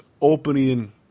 opening